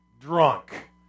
drunk